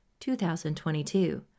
2022